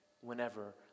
whenever